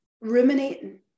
ruminating